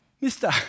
mister